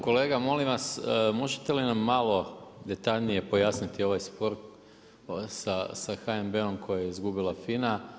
Kolega, molim vas, možete li nam malo detaljnije pojasniti ovaj spor sa HNB-om koje je izgubila FINA.